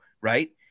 right